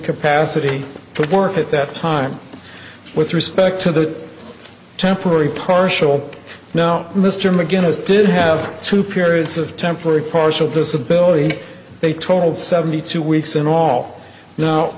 incapacity to work at that time with respect to the temporary partial now mr mcginnis did have two periods of temporary partial disability a total seventy two weeks in all no